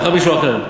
הוא יבחר במישהו אחר.